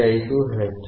15 hertz